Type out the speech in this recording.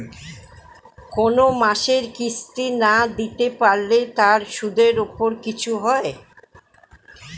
কোন মাসের কিস্তি না দিতে পারলে তার সুদের উপর কিছু হয়?